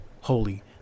holy